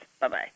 Bye-bye